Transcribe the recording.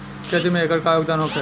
खेती में एकर का योगदान होखे?